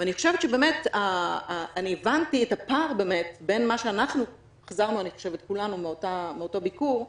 אני הבנתי את הפער בין איך שאנחנו חזרנו מאותו ביקור,